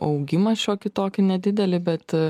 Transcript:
augimą šiokį tokį nedidelį bet